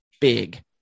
big